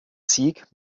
sieg